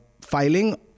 filing